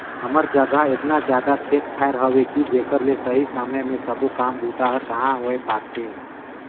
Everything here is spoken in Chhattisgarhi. हमर जघा एतना जादा खेत खायर हवे कि जेकर ले सही समय मे सबो काम बूता हर कहाँ होए पाथे